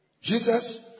Jesus